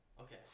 okay